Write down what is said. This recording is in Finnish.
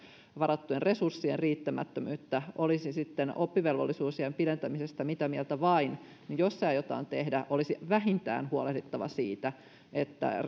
varattujen resurssien riittämättömyyttä olisi sitten oppivelvollisuusiän pidentämisestä mitä mieltä vain niin jos se aiotaan tehdä olisi vähintään huolehdittava että